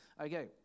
Okay